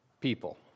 people